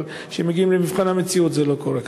אבל כשמגיעים למבחן המציאות זה לא קורה כך.